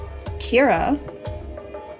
Kira